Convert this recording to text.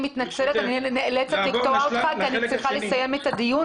נסתפק בשלב הזה.